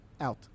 out